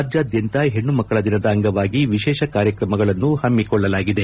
ರಾಜ್ಯಾದ್ಯಂತ ಹೆಣ್ಣುಮಕ್ಕಳ ದಿನದ ಅಂಗವಾಗಿ ವಿಶೇಷ ಕಾರ್ಯಕ್ರಮಗಳನ್ನು ಪಮ್ಮಕೊಳ್ಳಲಾಗಿದೆ